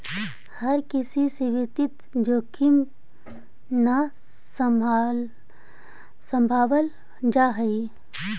हर किसी से वित्तीय जोखिम न सम्भावल जा हई